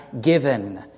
given